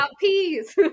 peas